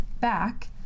back